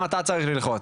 לכולם.